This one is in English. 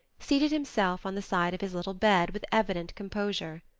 seated himself on the side of his little bed with evident composure.